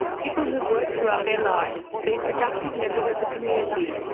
people who've worked throughout their life, been productive members of the community,